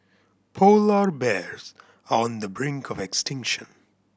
polar bears are on the brink of extinction